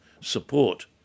support